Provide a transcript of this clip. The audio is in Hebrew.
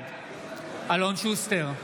בעד אלון שוסטר,